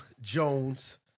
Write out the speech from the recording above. Jones